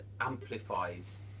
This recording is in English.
amplifies